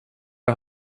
och